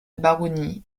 baronnie